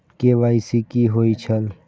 KYC कि होई छल?